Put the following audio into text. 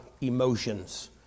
emotions